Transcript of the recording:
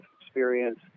experience